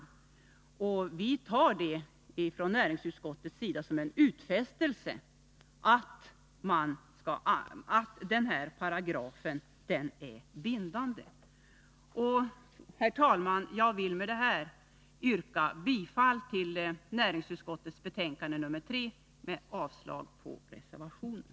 Från näringsutskottets sida tar vi det som en utfästelse att denna paragraf är bindande. Herr talman! Jag vill med detta yrka bifall till hemställan i näringsutskottets betänkande nr 3 och avslag på reservationen.